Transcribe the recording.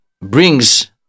brings